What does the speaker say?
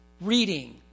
reading